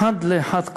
אחד לאחד קורה.